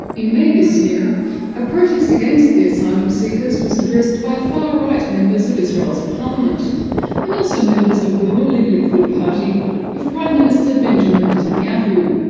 in may this year a protest against the asylum seekers was addressed by far right members of israel's parliament and also members of the ruling likud party of prime minister benjamin netanyahu.